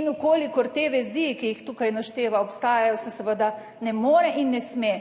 in v kolikor te vezi, ki jih tukaj našteva, obstajajo, se seveda ne more in ne sme